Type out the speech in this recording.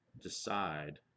decide